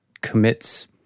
commits